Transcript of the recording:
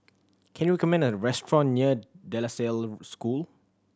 can you recommend a restaurant near De La Salle School